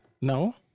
No